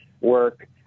work